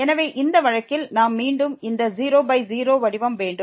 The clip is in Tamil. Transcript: எனவே இந்த வழக்கில் நமக்கு மீண்டும் இந்த 00 வடிவம் வேண்டும்